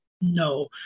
no